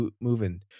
moving